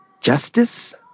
justice